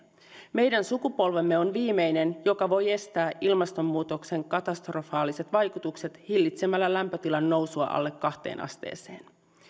meidän sukupolvemme on viimeinen joka voi estää ilmastonmuutoksen katastrofaaliset vaikutukset hillitsemällä lämpötilan nousua alle kahteen asteeseen